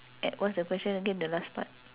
e~ what's the question again the last part